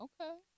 Okay